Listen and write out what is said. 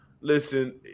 Listen